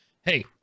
hey